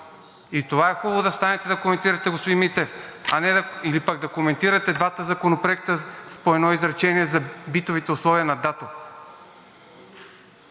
И това е хубаво да станете да коментирате, господин Митев, или пък да коментирате двата законопроекта с по едно изречение за битовите условия на ДАТО.